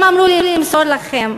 הם אמרו לי למסור לכם: